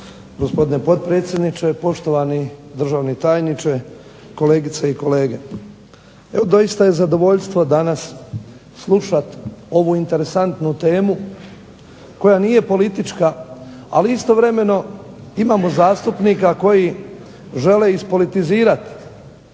gospodine potpredsjedniče, poštovani državni tajniče, kolegice i kolege. Doista je zadovoljstvo danas slušati ovu interesantnu temu koja nije politička, ali istovremeno imamo zastupnika koji žele ispolitizirati